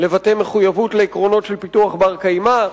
לבטא מחויבות לעקרונות של פיתוח בר-קיימא,